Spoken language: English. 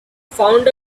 found